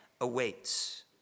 awaits